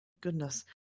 goodness